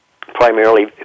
primarily